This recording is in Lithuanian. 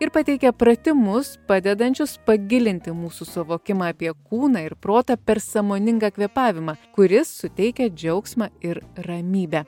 ir pateikia pratimus padedančius pagilinti mūsų suvokimą apie kūną ir protą per sąmoningą kvėpavimą kuris suteikia džiaugsmą ir ramybę